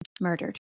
murdered